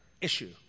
issue